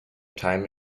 time